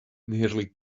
nearly